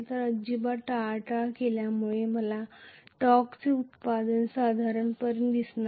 अजिबात टाळाटाळ केल्यामुळे मला टॉर्कचे उत्पादन साधारणपणे दिसणार नाही